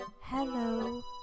hello